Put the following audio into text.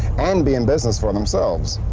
and be in business for themselves.